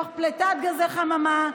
תוך פליטת גזי חממה,